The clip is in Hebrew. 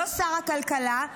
לא שר הכלכלה.